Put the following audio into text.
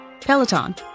Peloton